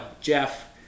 Jeff